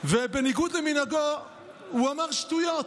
ובניגוד למנהגו הוא אמר שטויות,